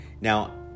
Now